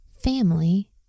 family